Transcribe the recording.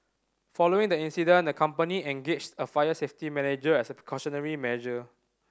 following that incident the company engaged a fire safety manager as a precautionary measure